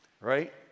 Right